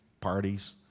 parties